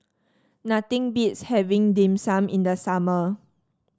nothing beats having Dim Sum in the summer